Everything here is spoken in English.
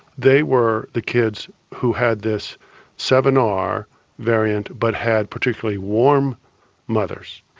they were the kids who had this seven r variant but had particularly warm mothers.